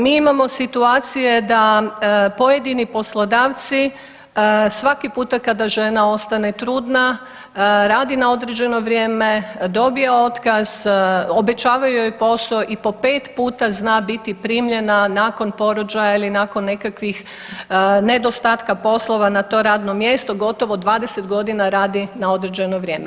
Mi imamo situacije da pojedini poslodavci svaki puta kada žena ostane trudna, radi na određeno vrijeme, dobije otkaz, obećavaju joj posao i po 5 puta zna biti primljena nakon porođaja ili nakon nekakvih nedostatka poslova na to radno mjesto, gotovo 20 godina radi na određeno vrijeme.